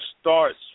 starts